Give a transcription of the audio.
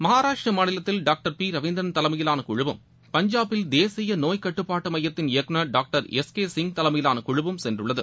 மகாராஷ்டிர மாநிலத்தில் doctor P Ravindran தலைமையிலான குழுவும் பஞ்சாப்பில் தேசிய நோய் கட்டுப்பாட்டு மையத்தின் இயக்குநர் டாக்டர் எஸ் கே சிங் தலைமையிலான குழுவும் சென்றுள்ளது